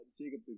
Jacob